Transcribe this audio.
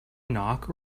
knock